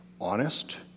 honest